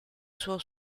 suo